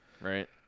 Right